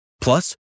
Plus